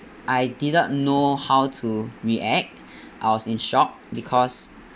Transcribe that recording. I did not know how to react I was in shock because